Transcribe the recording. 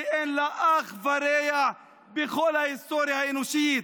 שאין לה אח ורע בכל ההיסטוריה האנושית.